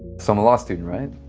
so law student, right?